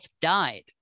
died